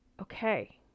okay